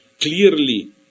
clearly